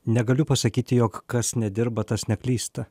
negaliu pasakyti jog kas nedirba tas neklysta